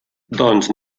doncs